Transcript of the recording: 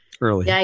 early